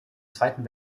zweiten